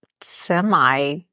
semi